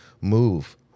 move